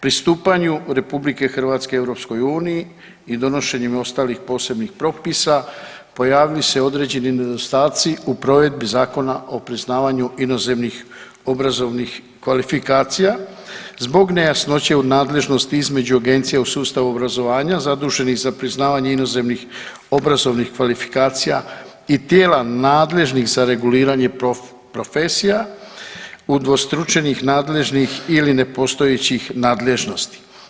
Pristupanju RH EU i donošenjem ostalih posebnih propisa pojavili su se određeni nedostaci u provedbi Zakona o priznavanju inozemnih obrazovnih kvalifikacije zbog nejasnoće u nadležnosti između agencija u sustavu obrazovanja zaduženih za priznavanje inozemnih obrazovnih kvalifikacija i tijela nadležnih za reguliranje profesija, udvostručenih nadležnih ili ne postojećih nadležnosti.